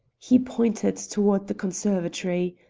he pointed toward the conservatory.